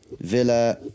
Villa